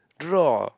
draw